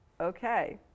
okay